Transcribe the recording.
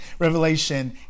Revelation